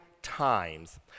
Times